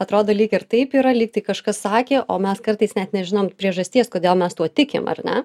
atrodo lyg ir taip yra lygtai kažkas sakė o mes kartais net nežinom priežasties kodėl mes tuo tikim ar ne